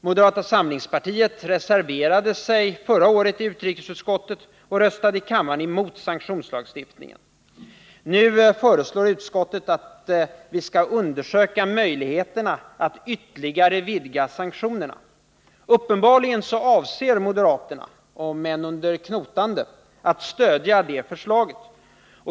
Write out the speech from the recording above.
Moderata samlingspartiet reserverade sig förra året i utrikesutskottet och röstade i kammaren emot sanktionslagstiftningen. Nu föreslår utskottet att vi skall undersöka möjligheterna att ytterligare vidga sanktionerna. Uppenbarligen avser moderaterna — om än under knotande — att stödja det förslaget.